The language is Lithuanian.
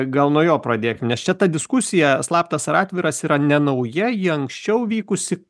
gal nuo jo pradėkim nes čia ta diskusija slaptas ar atviras yra nenauja ji anksčiau vykusi